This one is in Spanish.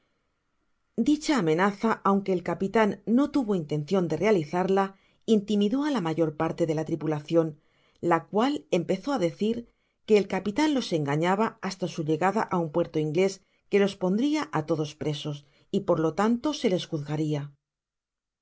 dioha amenaza aunque el capitan no tuvo intencion de realizarla intimidó á la mayor parte de la tripulacion la cual empezó á decir que el capitan los engañaba hasta su llegada á un puerto inglés que los pondria á todos presos y por lo tanto se les juzgaria el